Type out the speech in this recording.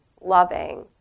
loving